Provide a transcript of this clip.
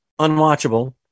unwatchable